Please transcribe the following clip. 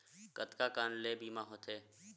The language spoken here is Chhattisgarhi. कतका कन ले बीमा होथे?